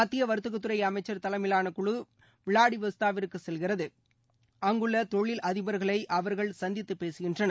மத்திய வர்த்தகத்துறை அளமச்சர் தலைமையிலானக் குழு விளாடிவொஸ்தாக்விற்கு செல்கிறது அங்குள்ள தொழில் அதிபர்களை அவர்கள் சந்தித்துப் பேசுகிறார்கள்